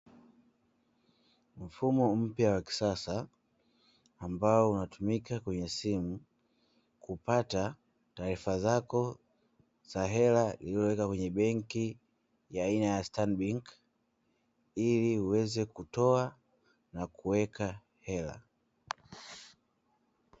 Mfumo mpya wa kisasa ambao unatumika kwenye simu kupata taarifa zako za hela uliyoweka kwenye benki ya aina ya "Stanbic" ili uweze kutoa na kuweka hela.